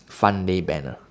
fun day banner